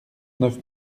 neuf